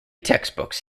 textbooks